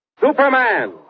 Superman